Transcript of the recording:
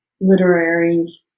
literary